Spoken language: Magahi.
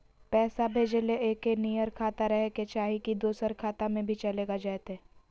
पैसा भेजे ले एके नियर खाता रहे के चाही की दोसर खाता में भी चलेगा जयते?